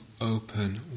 open